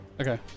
Okay